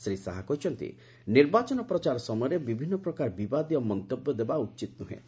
ଶ୍ରୀ ଶାହା କହିଛନ୍ତି ନିର୍ବାଚନ ପ୍ରଚାର ସମୟରେ ବିଭିନ୍ନ ପ୍ରକାର ବିବାଦୀୟ ମନ୍ତବ୍ୟ ଦେବା ଉଚିତ୍ ନୁହେଁ